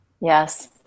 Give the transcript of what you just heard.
Yes